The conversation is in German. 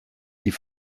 die